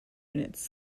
units